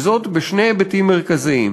וזאת בשני היבטים מרכזיים: